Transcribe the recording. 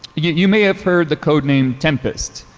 you may have heard the code name tempest.